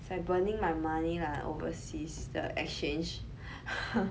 it's like burning my money lah overseas the exchange